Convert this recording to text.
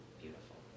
beautiful